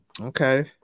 Okay